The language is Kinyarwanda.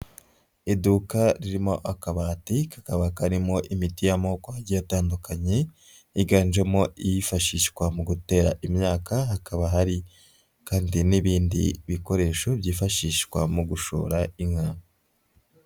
Iduka ririmo akabati, kakaba karimo imiti y'amoko agiye atandukanye, yiganjemo iyifashishwa mu gutera imyaka, hakaba hari kandi n'ibindi bikoresho byifashishwa mu gushora inka.